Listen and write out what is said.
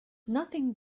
nothing